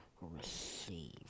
receive